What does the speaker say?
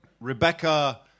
Rebecca